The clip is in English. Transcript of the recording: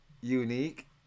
Unique